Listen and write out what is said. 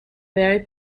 very